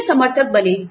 उनके समर्थक बने